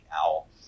owl